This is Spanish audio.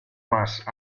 más